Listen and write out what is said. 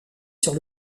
sur